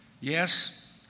yes